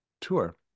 tour